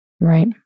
Right